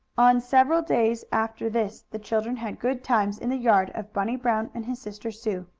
on several days after this the children had good times in the yard of bunny brown and his sister sue.